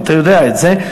ואתה יודע את זה.